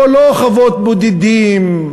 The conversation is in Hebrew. פה לא חוות בודדים,